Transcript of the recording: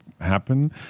happen